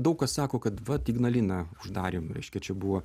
daug kas sako kad vat ignaliną uždarėm reiškia čia buvo